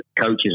coaches